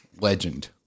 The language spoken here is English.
Legend